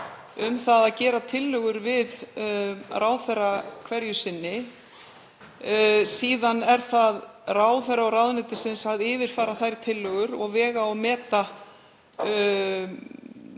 um að gera tillögu við ráðherra hverju sinni. Síðan er það ráðherra og ráðuneytisins að yfirfara þær tillögur og vega og meta